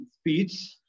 speech